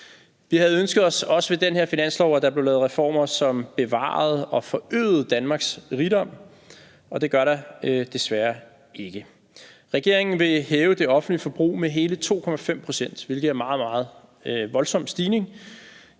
Vi havde ønsket os, også ved det her finanslovsforslag, at der blev lavet reformer, som bevarede og forøgede Danmarks rigdom, og det gør der desværre ikke. Regeringen vil hæve det offentlige forbrug med hele 2,5 pct., hvilket er en meget, meget voldsom stigning.